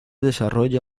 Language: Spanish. desarrolla